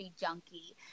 junkie